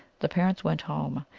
the parents went home.